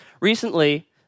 Recently